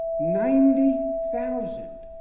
ninety thousand.